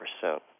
percent